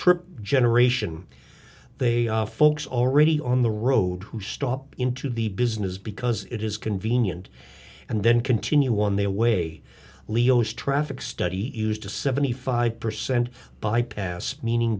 trip generation they are folks already on the road who stop into the business because it is convenient and then continue on their way leo's traffic study used to seventy five percent bypass meaning